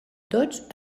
tots